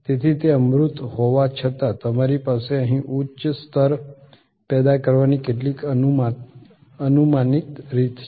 તેથી તે અમૂર્ત હોવા છતાં તમારી પાસે અહીં ઉચ્ચ સ્તર પેદા કરવાની કેટલીક અનુમાનિત રીત છે